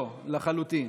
לא, לחלוטין.